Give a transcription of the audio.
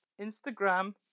Instagram